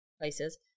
places